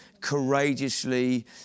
courageously